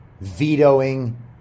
vetoing